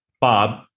Bob